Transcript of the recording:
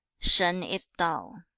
shan is dull.